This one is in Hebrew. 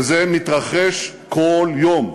וזה מתרחש כל יום.